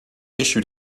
issued